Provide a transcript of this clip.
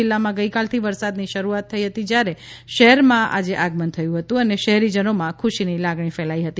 જિલ્લામાં ગઇકાલથી વરસાદની શરૂઆત થઈ હતી જ્યારે શહેરમાં આજે આગમન થયું હતું અને શહેરીજનોમાં ખુશીની લાગણી ફેલાઈ હતી